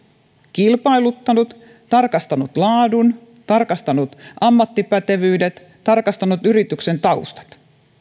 kilpailuttanut tarkastanut laadun tarkastanut ammattipätevyydet tarkastanut yrityksen taustat